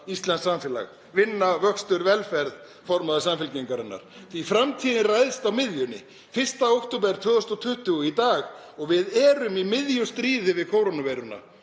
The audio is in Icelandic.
íslenskt samfélag. Vinna, vöxtur, velferð, formaður Samfylkingarinnar, því að framtíðin ræðst á miðjunni Það er 1. október 2020 í dag og við erum í miðju stríði við kórónuveiruna.